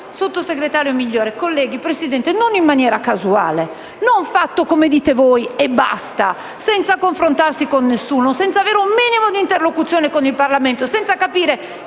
sottosegretario Migliore, colleghi, non in maniera casuale, non fatto come dite voi e basta, senza confrontarsi con nessuno, senza avere un minimo di interlocuzione con il Parlamento, senza capire